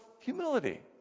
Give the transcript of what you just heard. humility